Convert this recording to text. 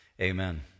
amen